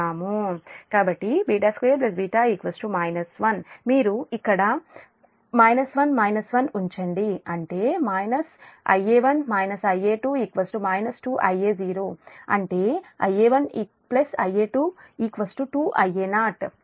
కాబట్టి β2 β 1 మీరు ఇక్కడ 1 1 ఉంచండి అంటే Ia1 Ia2 2Ia0 అంటే Ia1 Ia2 2Ia0